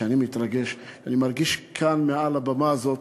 אני מתרגש כי אני מרגיש כאן מעל הבמה הזאת